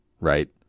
Right